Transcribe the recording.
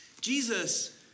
Jesus